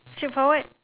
straightforward